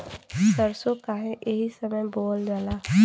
सरसो काहे एही समय बोवल जाला?